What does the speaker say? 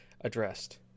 addressed